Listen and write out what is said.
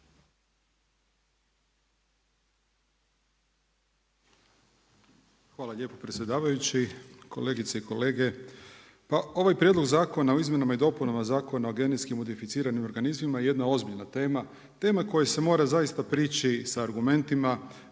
Hvala lijepa predsjedavajući. Kolegice i kolege, pa ovaj prijedlog Zakona o izmjenama i dopunama Zakona o GMO jedna je ozbiljna tema, tema kojoj se mora zaista prići sa argumentima,